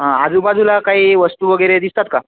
हां आजूबाजूला काही वस्तू वगैरे दिसतात का